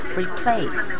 replace